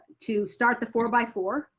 to start the four-by-four.